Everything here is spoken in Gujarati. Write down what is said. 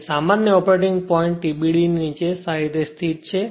તેથી સામાન્ય ઓપરેટિંગ પોઇન્ટ TBD ની નીચે સારી રીતે સ્થિત છે